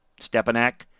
Stepanak